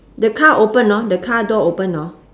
the car open orh the card door open orh